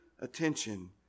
attention